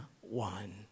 one